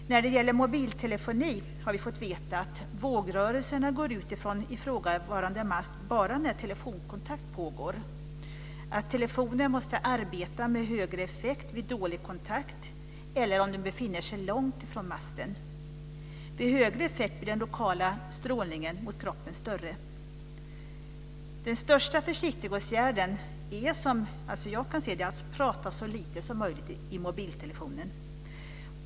När det gäller mobiltelefoni har vi fått veta att vågrörelserna går ut ifrån ifrågavarande mast bara när telefonkontakt pågår och att telefonen måste arbeta med högre effekt vid dålig kontakt eller om den befinner sig långt ifrån masten. Vid högre effekt blir den lokala strålningen mot kroppen större. Den bästa försiktighetsåtgärden är, som jag kan se det, att prata så lite som möjligt i mobiltelefonen.